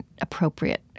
appropriate